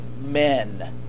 men